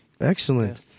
Excellent